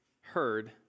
heard